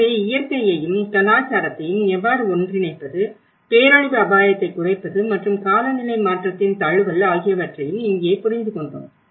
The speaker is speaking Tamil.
எனவே இயற்கையையும் கலாச்சாரத்தையும் எவ்வாறு ஒன்றிணைப்பது பேரழிவு அபாயத்தை குறைப்பது மற்றும் காலநிலை மாற்றத்தின் தழுவல் ஆகியவற்றையும் இங்கே புரிந்துகொண்டோம்